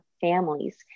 families